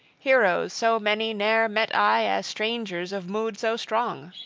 heroes so many ne'er met i as strangers of mood so strong.